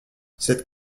cette